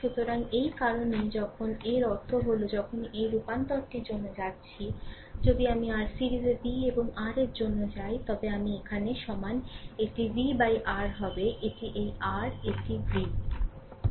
সুতরাং এই কারণেই যখন এর অর্থ হল যখনই এই রূপান্তরটির জন্য যাচ্ছি যদি আমি আর সিরিজে v এবং R এর জন্য যাই তবে আমি এখানে সমান এটি v R হবে এটি এই r এটি v